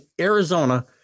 Arizona